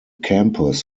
campus